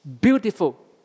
beautiful